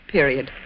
Period